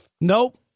Nope